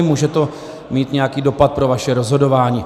Může to mít nějaký dopad pro vaše rozhodování.